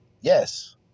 yes